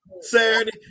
Saturday